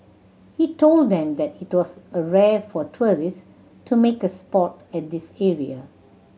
he told them that it was a rare for tourist to make a spot at this area